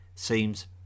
seems